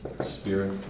spirit